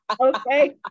Okay